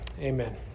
Amen